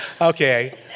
Okay